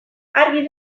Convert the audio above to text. argi